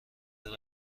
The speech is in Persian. موزه